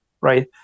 right